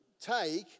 take